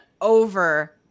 over